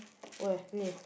where ini eh